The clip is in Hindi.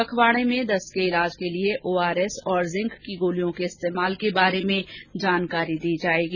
पखवाड़े में दस्त के इलाज के लिए ओरआरएस और जिंक की गोलियों के इस्तेमाल के बारे में जानकारी दी जाएगी